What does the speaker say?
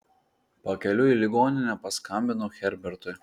pakeliui į ligoninę paskambinu herbertui